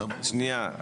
שנייה.